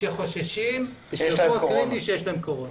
שחוששים שיש להם קורונה.